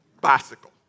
bicycle